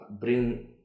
bring